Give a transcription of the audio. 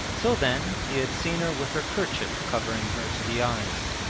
till then he had seen her with her kerchief covering her to the eyes.